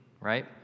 Right